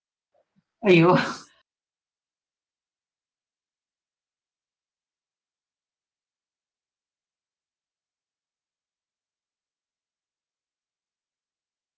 !aiyo!